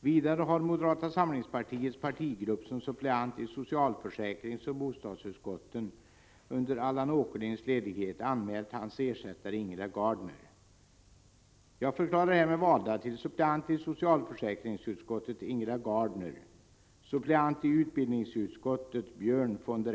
Vidare har moderata samlingspartiets partigrupp som suppleant i socialförsäkringsoch bostadsutskotten under Allan Åkerlinds ledighet anmält hans ersättare Ingela Gardner.